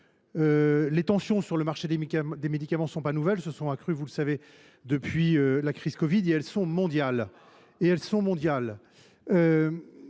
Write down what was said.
Les tensions sur le marché des médicaments ne sont pas nouvelles. Elles se sont accrues, vous le savez, depuis la crise de la covid 19 et elles sont mondiales.